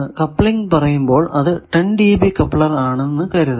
coupling പറയുമ്പോൾ അത് 10 dB coupler ആണെന്ന് കരുതുക